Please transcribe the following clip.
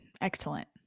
Excellent